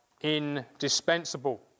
indispensable